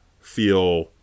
feel